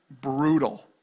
brutal